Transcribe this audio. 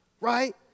right